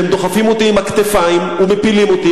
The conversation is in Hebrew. שהם דוחפים אותי עם הכתפיים ומפילים אותי.